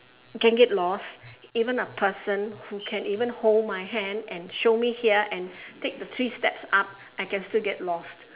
can get lost even a person who can even hold my hand and show me here and take the three steps up I can still get lost